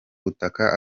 butaka